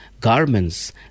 garments